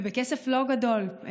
ובכסף לא גדול,